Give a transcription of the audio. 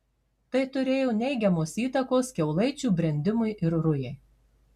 tai turėjo neigiamos įtakos kiaulaičių brendimui ir rujai